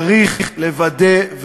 צריך לוודא,